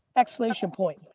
exclamation point.